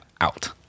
out